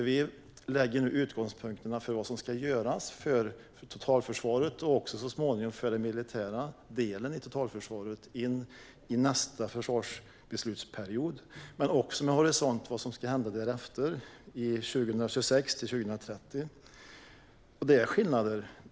Vi lägger nu utgångspunkterna för vad som ska göras för totalförsvaret och så småningom också för den militära delen i totalförsvaret i nästa försvarsbeslutsperiod men också med horisont mot vad som händer därefter, 2026-2030. Det är skillnader.